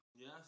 Yes